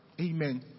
amen